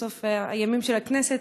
בסוף הימים של הכנסת,